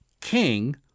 king